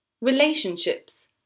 relationships